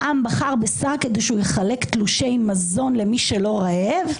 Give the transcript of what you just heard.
העם בחר בשר כדי שהוא יחלק תלושי מזון למי שלא רעב?